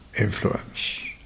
Influence